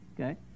okay